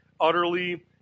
utterly